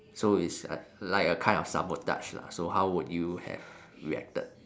so it's uh like a kind of sabotage lah so how would you have reacted